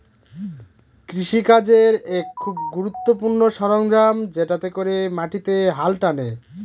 কৃষি কাজের এক খুব গুরুত্বপূর্ণ সরঞ্জাম যেটাতে করে মাটিতে হাল টানে